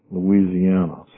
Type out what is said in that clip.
Louisiana